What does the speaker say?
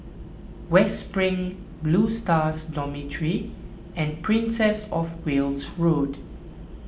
West Spring Blue Stars Dormitory and Princess of Wales Road